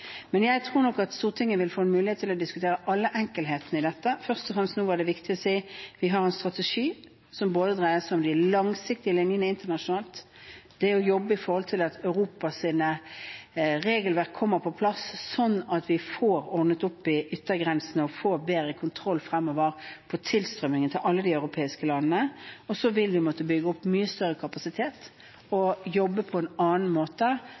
Jeg tror nok Stortinget vil få mulighet til å diskutere alle enkelthetene i dette. Nå var det først og fremst viktig å si at vi har en strategi som dreier seg om de langsiktige linjene internasjonalt, det å jobbe for at Europas regelverk kommer på plass, slik at vi får ordnet opp i yttergrensene og får bedre kontroll fremover på tilstrømmingen til alle de europeiske landene, og så vil vi måtte bygge opp mye større kapasitet og jobbe på en annen måte